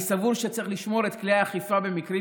אני סבור שצריך לשמור את כלי האכיפה למקרים